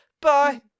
Bye